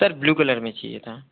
sir blue colour में चाहिए था